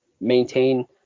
maintain